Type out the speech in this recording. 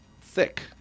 thick